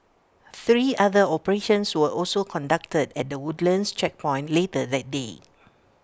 three other operations were also conducted at the Woodlands checkpoint later that day